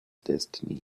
destiny